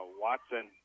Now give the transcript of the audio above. Watson